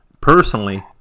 Personally